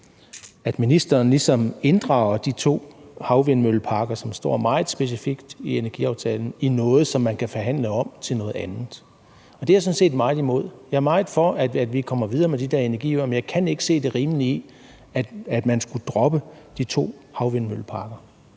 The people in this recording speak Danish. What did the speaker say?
at ministeren ligesom inddrager de to havvindmølleparker, som står meget specifikt i energiaftalen, i noget, som man kan forhandle om i forhold til noget andet. Det er jeg sådan set meget imod. Jeg er meget for, at vi kommer videre med de der energiøer, men jeg kan ikke se det rimelige i, at man skulle droppe de to havvindmølleparker.